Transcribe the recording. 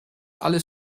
alles